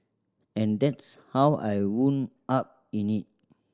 and that's how I wound up in it